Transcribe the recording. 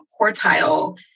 quartile